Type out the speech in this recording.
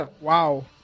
Wow